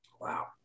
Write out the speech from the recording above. Wow